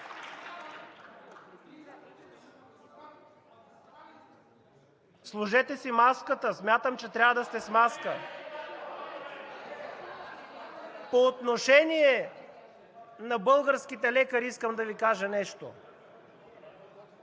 Сложете си маската, смятам, че трябва да сте с маска! По отношение на българските лекари искам да Ви кажа нещо: